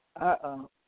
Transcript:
Uh-oh